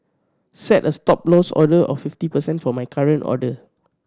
set a Stop Loss order of fifty percent for my current order